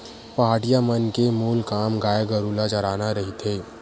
पहाटिया मन के मूल काम गाय गरु ल चराना रहिथे